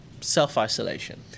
self-isolation